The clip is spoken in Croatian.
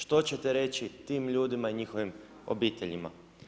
Što ćete reći tim ljudima i njihovim obiteljima?